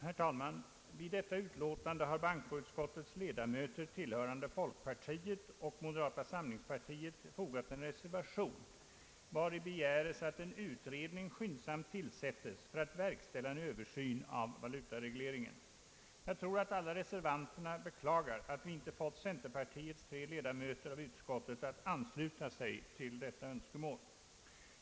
Herr talman! Vid detta utlåtande har bankoutskottets ledamöter tillhörande folkpartiet och moderata samlingspartiet fogat en reservation, vari begäres att en utredning skyndsamt tillsättes för att verkställa en översyn av valutaregleringen. Jag tror att alla reservanterna beklagar att vi inte fått centerpartiets tre ledamöter av utskottet att ansluta sig till detta önskemål.